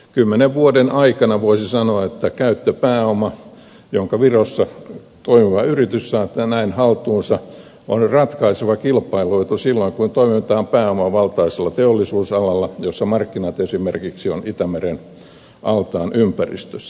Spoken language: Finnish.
kymmenen vuoden aikana voisi sanoa käyttöpääoma jonka virossa toimiva yritys saa näin haltuunsa on ratkaiseva kilpailuetu silloin kun toimitaan pääomavaltaisella teollisuusalalla jossa markkinat esimerkiksi ovat itämeren altaan ympäristössä